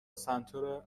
سنتور